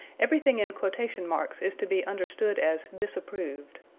everything in quotation marks is to be understood as disapproved.